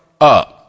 up